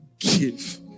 give